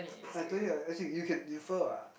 I told you I as in you can infer [what]